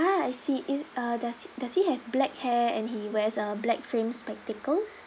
ah I see is uh does does he have black hair and he wears a black frame spectacles